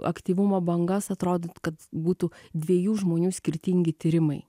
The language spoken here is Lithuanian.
aktyvumo bangas atrodytų kad būtų dviejų žmonių skirtingi tyrimai